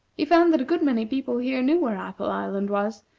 he found that good many people here knew where apple island was,